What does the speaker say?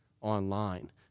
online